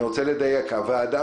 לדייק: הוועדה